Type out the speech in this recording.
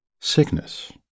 sickness